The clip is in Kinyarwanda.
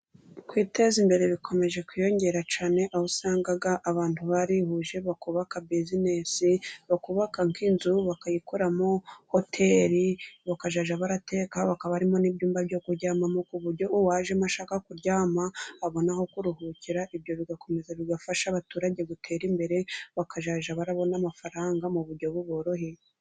Kwiteza imbere bikomeje kwiyongera cyane, aho usanga abantu barihuje bakubaka bizinesi, bakubaka nk'inzu, bakayikoramo hoteli bakazajya bateka, hakaba harimo n'ibyumba byo kuryamamo, ku buryo uwajemo ashaka kuryama abona aho kuruhukira. Ibyo bigakomeza bigafasha abaturage gutera imbere, bakajya babona amafaranga mu buryo buboroheye.